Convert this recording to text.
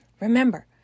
Remember